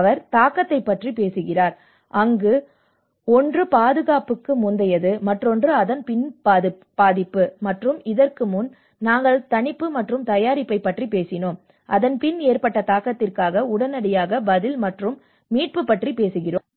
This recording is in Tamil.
அவர் தாக்கத்தைப் பற்றி பேசுகிறார் அங்கு ஒன்று பாதிப்புக்கு முந்தையது மற்றொன்று அதன் பின் பாதிப்பு மற்றும் இதற்கு முன்பு நாங்கள் தணிப்பு மற்றும் தயாரிப்பைப் பற்றி பேசினோம் அதன் பின் ஏற்பட்ட தாக்கத்திற்காக உடனடியாக பதில் மற்றும் மீட்பு பற்றி பேசுகிறோம்